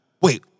Wait